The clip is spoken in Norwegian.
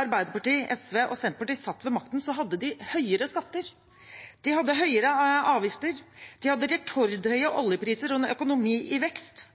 Arbeiderpartiet, SV og Senterpartiet satt ved makten, hadde de høyere skatter, de hadde høyere avgifter, de hadde rekordhøye oljepriser og en økonomi i vekst.